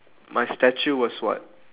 my statue was what